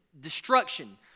destruction